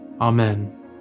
Amen